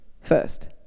first